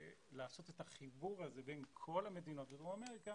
לעשות את החיבור הזה בין כל המדינות בדרום אמריקה